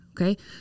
okay